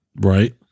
right